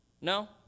No